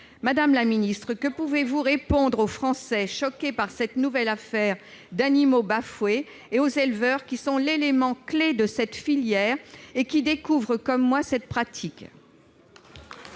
Madame la secrétaire d'État, que pouvez-vous répondre aux Français choqués par cette nouvelle affaire d'animaux bafoués, ainsi qu'aux éleveurs qui sont l'élément clé de cette filière et qui découvrent, comme moi, cette pratique ?